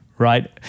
Right